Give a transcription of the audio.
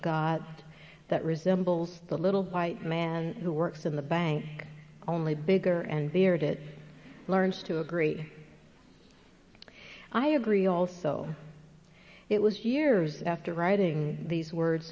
god that resembles the little bites man who works in the bank only bigger and feared it learns to agree i agree also it was years after writing these words